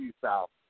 South